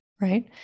right